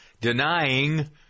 denying